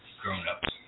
grown-ups